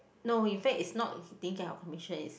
no in fact is not he didn't get her commission in fact is